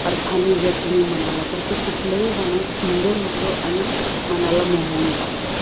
अर्थानी जर तुम्ही म्हणाला तर ते कुठलंही गाणं सुंदर होतं आणि मनाला मोहून टाकतं